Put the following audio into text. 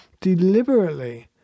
deliberately